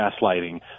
gaslighting